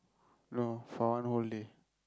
no for one whole day